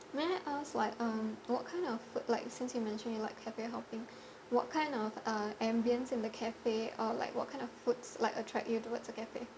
may I ask like um what kind of food like since you mentioned you like cafe hopping what kind of uh ambience in the cafe or like what kind of foods like attract you towards a cafe